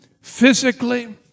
physically